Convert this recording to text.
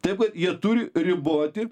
taip kad jie turi riboti